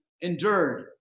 endured